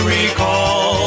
recall